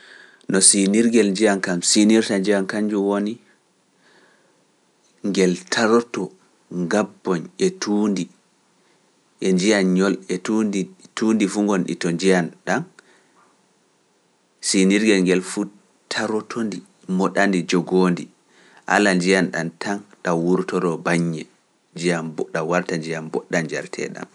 No sinirgel njiyan huwirta kanjun woni, ngel taroto gabboyñ e tuundi e fu ngoni ɗi to njiyan ɗan, sinirgel ngel fu taroto ndi, moɗa ndi, jogoo ndi, ala njiyan ɗa tan ɗan wurtoto baññe, njiyan bo ɗan warta njiyan bodɗam njarete ɗam.